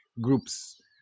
groups